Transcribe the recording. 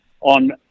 on